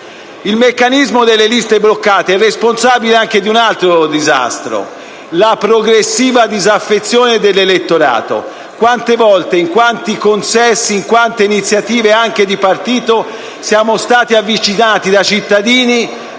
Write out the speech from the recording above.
Il meccanismo delle liste bloccate è responsabile anche di un altro disastro: la progressiva disaffezione dell'elettorato. Quante volte, in quanti consessi, in quante iniziative anche di partito, siamo stati avvicinati da cittadini,